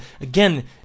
Again